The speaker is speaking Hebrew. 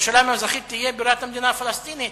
ירושלים המזרחית תהיה בירת המדינה הפלסטינית?